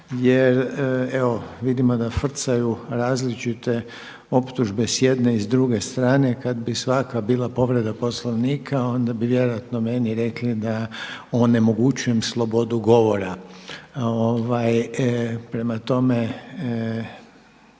jer evo vidimo da frcaju različite optužbe s jedne i s druge strane, kada bi svaka bila povreda Poslovnika onda bi vjerojatno rekli da onemogućujem slobodu govora. Prema tome,